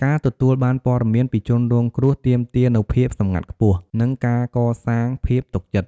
ការទទួលបានព័ត៌មានពីជនរងគ្រោះទាមទារនូវភាពសម្ងាត់ខ្ពស់ និងការកសាងភាពទុកចិត្ត។